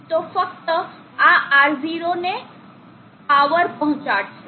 તો ફક્ત આ R0 ને જ પાવર પહોંચાડશે